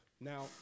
Now